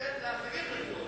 תן לאחרים לחיות.